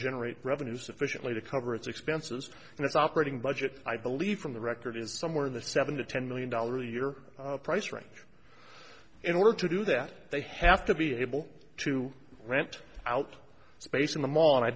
generate revenue sufficiently to cover its expenses and its operating budget i believe from the record is somewhere in the seven to ten million dollars a year price range in order to do that they have to be able to rent out space in the mall and i